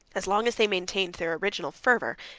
as long as they maintained their original fervor,